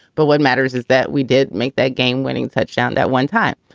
but what matters is that we did make that game winning touchdown that one time.